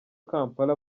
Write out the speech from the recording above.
kampala